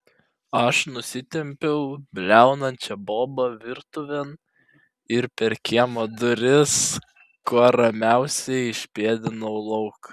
aš nusitempiau bliaunančią bobą virtuvėn ir per kiemo duris kuo ramiausiai išpėdinau lauk